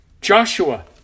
Joshua